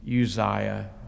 Uzziah